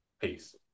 Peace